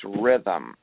rhythm